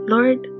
Lord